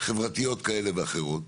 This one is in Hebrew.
חברתיות כאלה ואחרות.